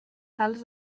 salts